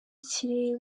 kiri